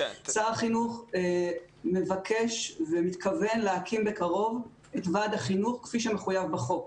שר החינוך מבקש ומתכוון להקים בקרוב את ועד החינוך כפי שמחויב בחוק.